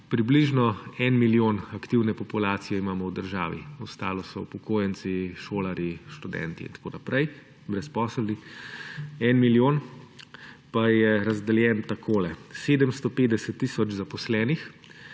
približno 1 milijon aktivne populacije imamo v državi, ostalo so upokojenci, šolarji, študenti in tako naprej, brezposelni. 1 milijon pa je razdeljen takole: 750 tisoč zaposlenih